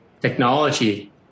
technology